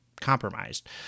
compromised